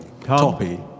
Toppy